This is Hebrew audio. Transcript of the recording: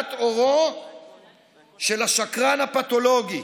הצלת עורו של השקרן הפתולוגי,